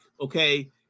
okay